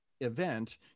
event